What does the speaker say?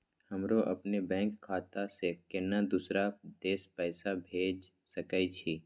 हमरो अपने बैंक खाता से केना दुसरा देश पैसा भेज सके छी?